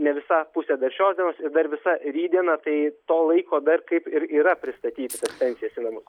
ne visa pusė dar šios dienos ir dar visa rytdiena tai to laiko dar kaip ir yra pristatyti tas pensijas į namus